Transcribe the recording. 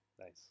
nice